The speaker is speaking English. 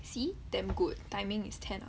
see damn good timing is ten